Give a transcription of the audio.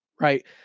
right